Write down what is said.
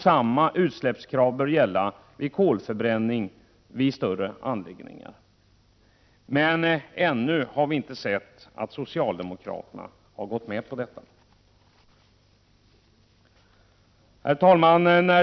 Samma krav bör gälla vid kolförbränning i större anläggningar. Ännu har vi inte sett att socialdemokraterna gått med på detta. Herr talman!